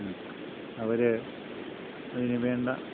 അവർ അതിന് വേണ്ട